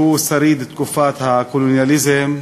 שהוא שריד תקופת הקולוניאליזם,